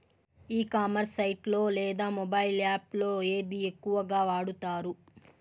ఈ commerce site లో లేదా మొబైల్ యాప్ లో ఏది ఎక్కువగా వాడుతారు?